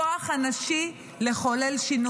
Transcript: כי אני מאמינה בכוח הנשי לחולל שינוי.